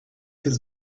his